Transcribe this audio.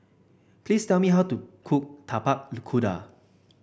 please tell me how to cook Tapak Kuda